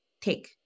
take